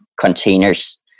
containers